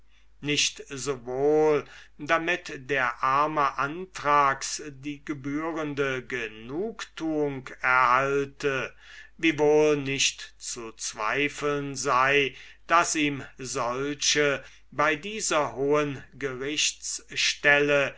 nicht sowohl damit der arme anthrax die gebührende genugtuung erhalte wiewohl nicht zu zweifeln sei daß ihm solche bei dieser hohen